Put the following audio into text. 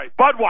Budweiser